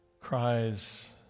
cries